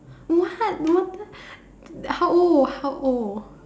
what what the how old how old